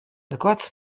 доклад